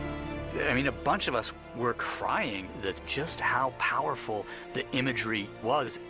yeah i mean, a bunch of us were crying, that's just how powerful the imagery was.